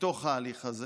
מתוך ההליך הזה.